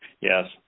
Yes